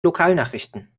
lokalnachrichten